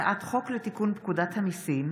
הצעת חוק לתיקון פקודת המיסים (גבייה)